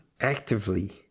actively